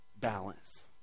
balance